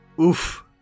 Oof